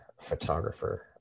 photographer